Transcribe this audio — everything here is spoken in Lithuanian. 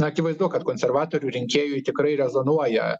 na akivaizdu kad konservatorių rinkėjui tikrai rezonuoja